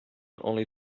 only